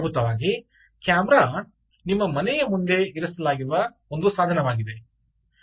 ಮೂಲಭೂತವಾಗಿ ಕ್ಯಾಮೆರಾ ನಾವು ನಿಮ್ಮ ಮನೆಯ ಮುಂದೆ ಇರಿಸಲಾಗಿರುವ ಒಂದು ಸಾಧನವಾಗಿದೆ